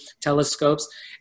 telescopes